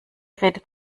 redet